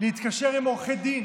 להתקשר עם עורכי דין,